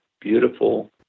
beautiful